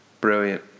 Brilliant